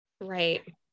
Right